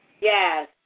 Yes